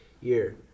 year